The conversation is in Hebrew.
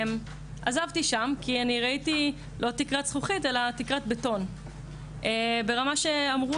עזבתי שם כי אני ראיתי תקרת בטון ברמה שאמרו